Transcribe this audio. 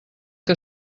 que